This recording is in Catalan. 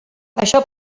això